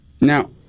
Now